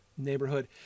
neighborhood